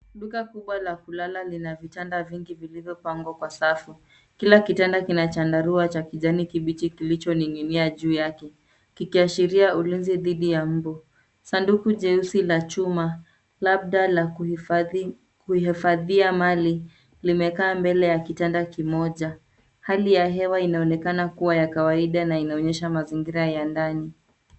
Duka kubwa la kulala lina vitanda vingi vilivyopangwa kwa safu. Kila kitanda kina chandarua cha kijani kibichi kilichoning'inia juu yake, kikiashiria ulinzi dhidi ya mbu. Sanduku jeusi la chuma labda la kuhifadhia mali limekaa mbele ya kitanda kimoja. Hali ya hewa inaonekana kuwa ya kawaida na inaonyesha mazingira ya ndani.